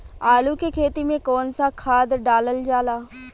आलू के खेती में कवन सा खाद डालल जाला?